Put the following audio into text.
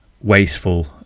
wasteful